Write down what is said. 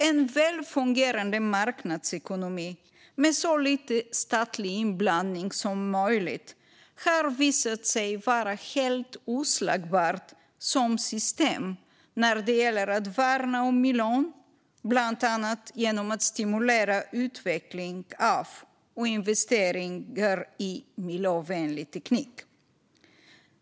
En väl fungerande marknadsekonomi, med så lite statlig inblandning som möjligt, har visat sig helt oslagbart som system när det gäller att värna om miljön, bland annat genom att stimulera utveckling av och investeringar i miljövänlig teknik.